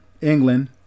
England